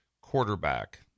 quarterback